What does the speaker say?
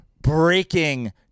breaking